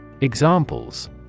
Examples